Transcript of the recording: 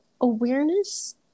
awareness